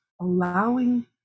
allowing